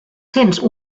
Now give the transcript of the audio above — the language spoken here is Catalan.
cents